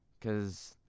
cause